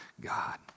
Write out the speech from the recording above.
God